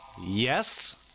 Yes